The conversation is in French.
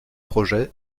projet